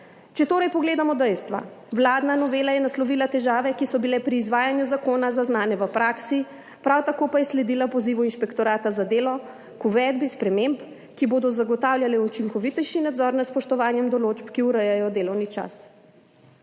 Če torej pogledamo dejstva. Vladna novela je naslovila težave, ki so bile pri izvajanju zakona zaznane v praksi, prav tako pa je sledila pozivu Inšpektorata za delo k uvedbi sprememb, ki bodo zagotavljale učinkovitejši nadzor nad spoštovanjem določb, ki urejajo delovni čas.